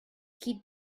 qui